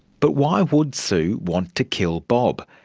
but why would sue want to kill bob?